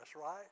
right